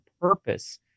purpose